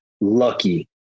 lucky